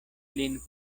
lin